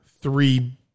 three